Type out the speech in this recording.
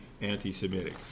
anti-Semitic